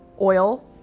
oil